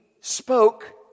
spoke